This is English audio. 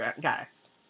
guys